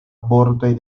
bordoj